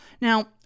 Now